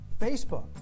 Facebook